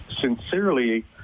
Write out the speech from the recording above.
sincerely